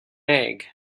egg